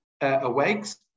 awakes